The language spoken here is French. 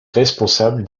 responsable